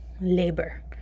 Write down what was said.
labor